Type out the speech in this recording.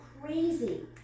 crazy